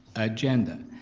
agenda.